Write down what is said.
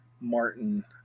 Martin